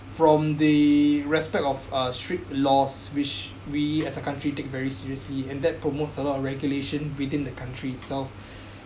from the respect of uh strict laws which we as a country take very seriously and that promotes a lot of regulation within the country itself